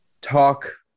talk